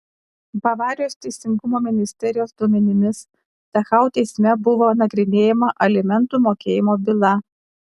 bavarijos teisingumo ministerijos duomenimis dachau teisme buvo nagrinėjama alimentų mokėjimo byla